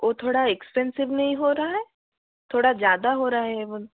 वो थोड़ा एक्सपेंसिव नहीं हो रहा है थोड़ा ज़्यादा हो रहा है